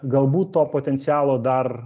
galbūt to potencialo dar